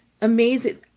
amazing